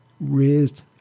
raised